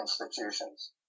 institutions